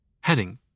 Heading